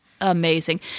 amazing